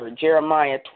Jeremiah